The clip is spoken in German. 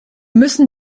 müssen